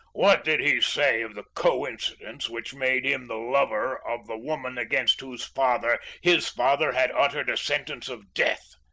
what did he say of the coincidence which made him the lover of the woman against whose father, his father had uttered a sentence of death?